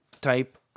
type